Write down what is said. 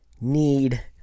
need